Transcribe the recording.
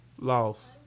Lost